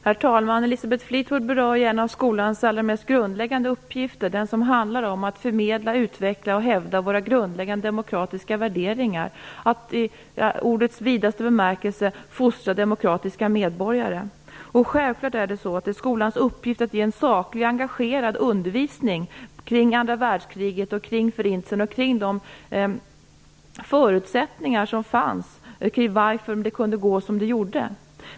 Herr talman! Elisabeth Fleetwood berör en av skolans allra mest grundläggande uppgifter, den som handlar om att förmedla, utveckla och hävda våra grundläggande demokratiska värderingar och att i ordets vidaste bemärkelse fostra demokratiska medborgare. Självfallet är det skolans uppgift att ge en saklig och engagerad undervisning kring andra världskriget, kring Förintelsen och kring de förutsättningar som fanns till varför det kunde gå som det gjorde.